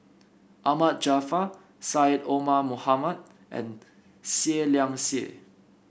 Ahmad Jaafar Syed Omar Mohamed and Seah Liang Seah